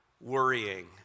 worrying